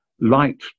light